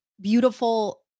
beautiful